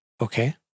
Okay